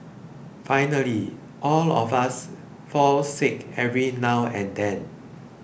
finally all of us fall sick every now and then